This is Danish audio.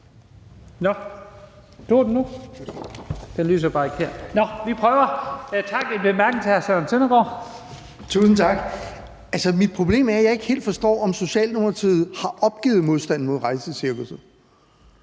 Mit problem er, at jeg ikke helt forstår, om Socialdemokratiet har opgivet modstanden mod rejsecirkusset.